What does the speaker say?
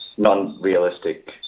Non-realistic